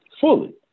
fully